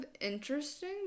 interesting